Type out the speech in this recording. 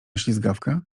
ślizgawka